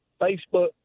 Facebook